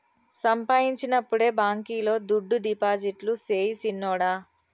సంపాయించినప్పుడే బాంకీలో దుడ్డు డిపాజిట్టు సెయ్ సిన్నోడా